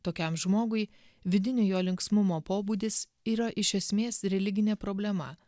tokiam žmogui vidinio jo linksmumo pobūdis yra iš esmės religinė problema